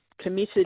committed